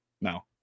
No